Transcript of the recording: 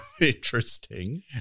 interesting